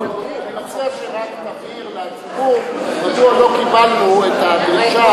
אני מציע שנבהיר לציבור מדוע לא קיבלנו את הדרישה